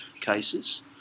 cases